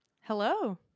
Hello